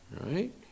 Right